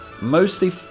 mostly